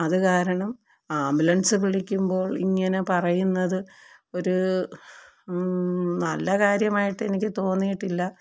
അത് കാരണം ആംബുലൻസ് വിളിക്കുമ്പോൾ ഇങ്ങനെ പറയുന്നത് ഒരു നല്ല കാര്യമായിട്ട് എനിക്ക് തോന്നിയിട്ടില്ല